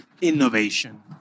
innovation